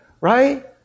right